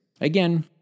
Again